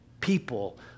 people